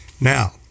Now